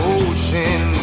ocean